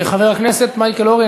חבר הכנסת מייקל אורן,